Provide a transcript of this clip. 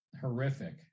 horrific